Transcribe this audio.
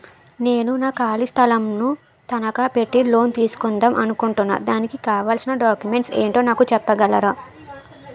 నేను నా ఖాళీ స్థలం ను తనకా పెట్టి లోన్ తీసుకుందాం అనుకుంటున్నా దానికి కావాల్సిన డాక్యుమెంట్స్ ఏంటో నాకు చెప్పగలరా?